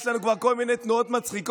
יש לנו כבר כל מיני תנועות מצחיקות.